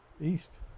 East